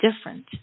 different